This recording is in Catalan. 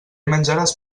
menjaràs